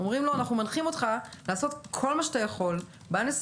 אומרים לו: אנחנו מנחים אותך לעשות כל מה שאתה יכול בנסיבות